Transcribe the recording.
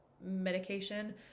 medication